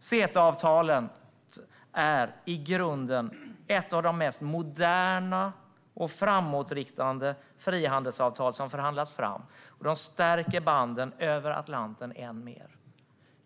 CETA-avtalet är i grunden ett av de mest moderna och framåtsträvande frihandelsavtal som förhandlats fram, och det stärker banden över Atlanten än mer.